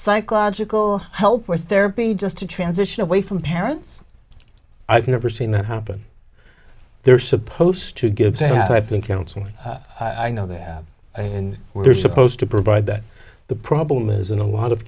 psychological help or therapy just to transition away from parents i've never seen that happen they're supposed to give them hope and counseling i know that and we're supposed to provide that the problem is in a lot of